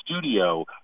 Studio